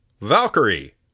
Valkyrie